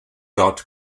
dot